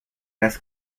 las